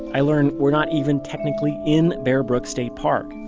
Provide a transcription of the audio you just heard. i learn, we're not even technically in bear brook state park.